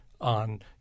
on